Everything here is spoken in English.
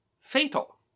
fatal